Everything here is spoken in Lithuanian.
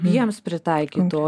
jiems pritaikytų